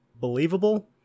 believable